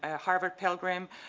ah harvard-pilgrim,